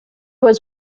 was